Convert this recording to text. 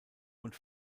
und